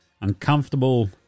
uncomfortable